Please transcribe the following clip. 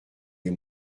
les